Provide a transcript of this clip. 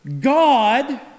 God